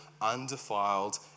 undefiled